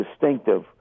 distinctive